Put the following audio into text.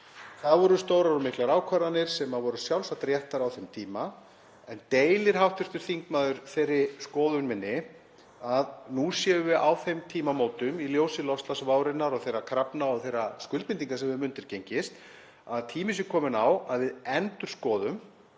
Það voru stórar og miklar ákvarðanir sem voru sjálfsagt réttar á þeim tíma. Deilir hv. þingmaður þeirri skoðun minni að nú séum við á þeim tímamótum í ljósi loftslagsvárinnar og þeirra krafna og skuldbindinga sem höfum undirgengist að kominn sé tími á að við endurskoðum